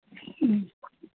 ह्म्म